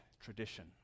tradition